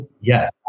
Yes